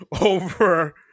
over